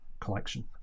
collection